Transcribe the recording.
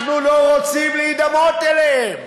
אנחנו לא רוצים להידמות להם.